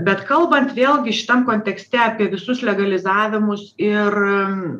bet kalbant vėlgi šitam kontekste apie visus legalizavimus ir